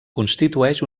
constitueix